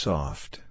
Soft